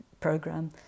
program